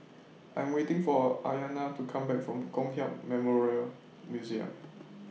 I'm waiting For Aryana to Come Back from Kong Hiap Memorial Museum